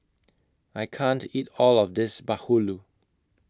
I can't eat All of This Bahulu